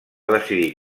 decidir